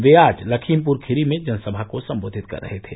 वे आज लखीमपुर खीरी में जनसभा को संबेधित कर रहे थे